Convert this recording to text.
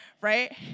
right